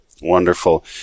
Wonderful